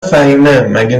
فهیمهمگه